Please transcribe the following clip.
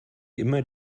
immer